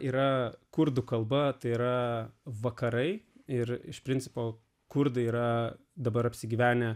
yra kurdų kalba tai yra vakarai ir iš principo kurdai yra dabar apsigyvenę